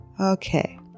Okay